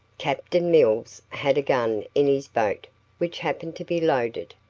captain mills had a gun in his boat which happened to be loaded,